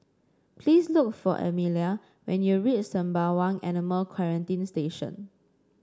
please look for Emilia when you reach Sembawang Animal Quarantine Station